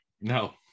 No